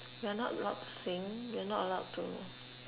we're not allowed to sing we're not allowed to